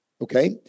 Okay